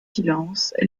silence